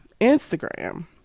Instagram